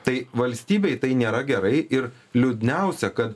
tai valstybei tai nėra gerai ir liūdniausia kad